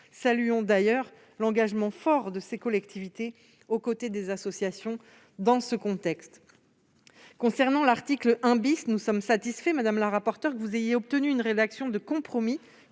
Saluons, d'ailleurs, l'engagement fort de ces collectivités, aux côtés des associations, dans ce contexte. Concernant l'article 1 , nous sommes satisfaits, madame la rapporteure, que vous ayez obtenu une rédaction de compromis